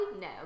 no